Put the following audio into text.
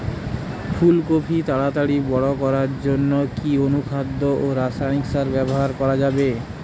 ফুল কপি তাড়াতাড়ি বড় করার জন্য কি অনুখাদ্য ও রাসায়নিক সার ব্যবহার করা যাবে?